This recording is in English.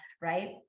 right